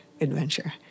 adventure